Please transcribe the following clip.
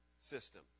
system